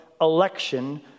election